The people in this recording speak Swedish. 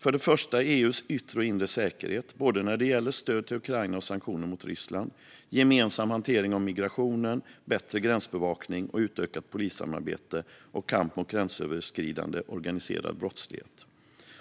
För det första handlar det om EU:s yttre och inre säkerhet när det gäller både stöd till Ukraina och sanktioner mot Ryssland, gemensam hantering av migrationen, bättre gränsbevakning och utökat polissamarbete och kamp mot gränsöverskridande organiserad brottslighet.